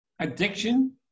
addiction